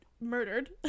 murdered